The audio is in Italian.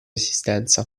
esistenza